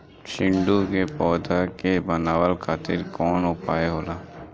सुंडी से पौधा के बचावल खातिर कौन उपाय होला?